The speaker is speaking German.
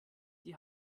die